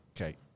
Okay